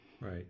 Right